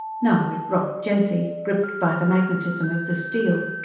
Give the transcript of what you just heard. now it rocked gently, gripped by the magnetism of the steel.